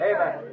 Amen